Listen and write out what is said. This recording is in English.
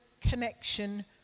connection